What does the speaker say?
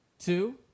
Two